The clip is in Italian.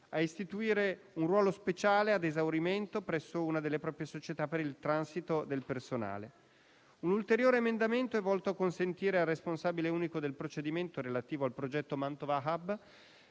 a istituire un ruolo speciale ad esaurimento presso una delle proprie società per il transito del personale. Un ulteriore emendamento è volto a consentire al responsabile unico del procedimento relativo al progetto Mantova